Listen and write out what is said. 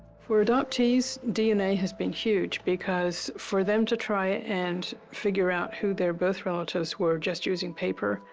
for adoptees, dna has been huge, because for them to try and figure out who their birth relatives were just using paper,